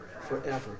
forever